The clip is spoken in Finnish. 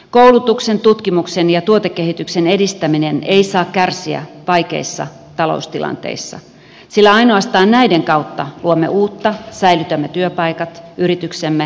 koulutuksen tutkimuksen ja tuotekehityksen edistäminen ei saa kärsiä vaikeissa taloustilanteissa sillä ainoastaan näiden kautta luomme uutta säilytämme työpaikat yrityksemme ja kilpailukykymme